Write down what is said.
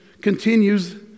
continues